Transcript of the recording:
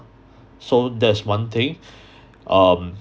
so that's one thing um